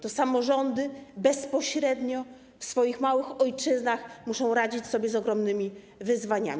To samorządy bezpośrednio w swoich małych ojczyznach muszą radzić sobie z ogromnymi wyzwaniami.